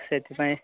ସେଥିପାଇଁ